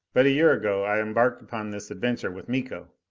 but a year ago i embarked upon this adventure with miko.